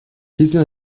хийсэн